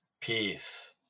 Peace